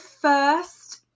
first